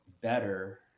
better